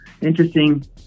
interesting